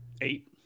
eight